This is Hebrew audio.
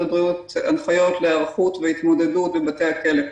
הבריאות הנחיות להיערכות והתמודדות בבתי הכלא.